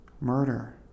murder